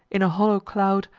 in a hollow cloud,